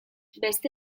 beste